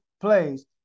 plays